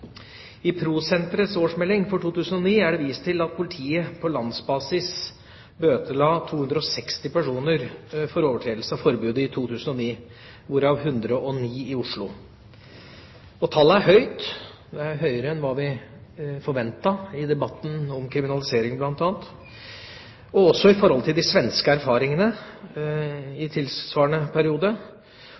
I Pro Sentrets årsmelding for 2009 er det vist til at politiet på landsbasis bøtela 260 personer for overtredelse av forbudet i 2009, hvorav 109 i Oslo. Tallet er høyt – høyere enn hva vi forventet i debatten om kriminalisering, og også i forhold til de svenske erfaringene i tilsvarende periode,